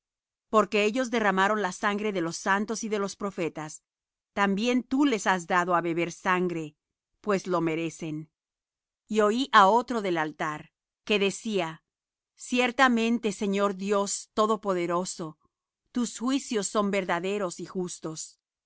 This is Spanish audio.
porque ellos derramaron la sangre de los santos y de los profetas también tú les has dado á beber sangre pues lo merecen y oí á otro del altar que decía ciertamente señor dios todopoderoso tus juicios son verdaderos y justos